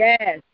Yes